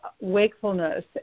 wakefulness